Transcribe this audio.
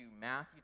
Matthew